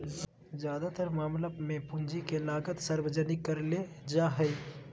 ज्यादातर मामला मे पूंजी के लागत सार्वजनिक करले जा हाई